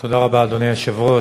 אדוני היושב-ראש,